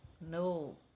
no